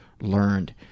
learned